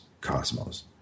cosmos